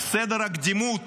סדר הקדימות